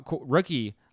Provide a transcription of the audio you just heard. rookie